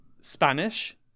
Spanish